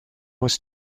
was